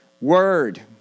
word